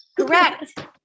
Correct